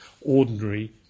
ordinary